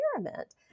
experiment